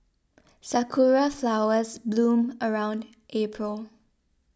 sakura flowers bloom around April